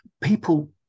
people